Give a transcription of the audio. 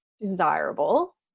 desirable